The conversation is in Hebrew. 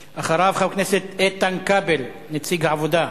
אחריו, חבר הכנסת כבל, נציג סיעת העבודה.